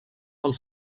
del